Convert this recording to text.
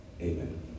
amen